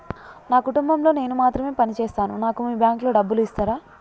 నా కుటుంబం లో నేను మాత్రమే పని చేస్తాను నాకు మీ బ్యాంకు లో డబ్బులు ఇస్తరా?